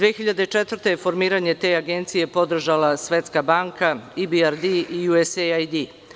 Godine 2004.je formiranje te agencije podržala Svetska banka EBRD i USAID.